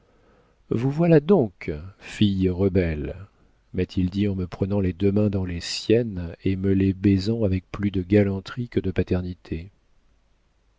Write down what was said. vous voilà donc fille rebelle m'a-t-il dit en me prenant les deux mains dans les siennes et me les baisant avec plus de galanterie que de paternité